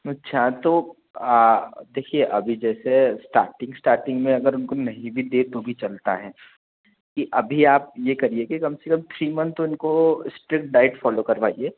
अच्छा तो देखिए अभी जैसे स्टार्टिंग स्टार्टिंग में अगर उनको नहीं भी दें तो भी चलता है कि अभी आप ये करिए कि कम से कम थ्री मंथ तो इनको स्ट्रिक्ट डाइट फॉलो करवाइए